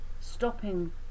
stopping